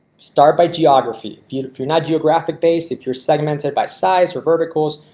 start by geography field. if you're not geographic basis, if your segmented by size or verticals,